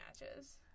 matches